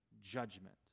judgment